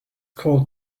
called